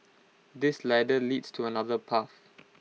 this ladder leads to another path